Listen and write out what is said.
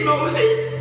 Moses